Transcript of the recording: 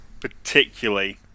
particularly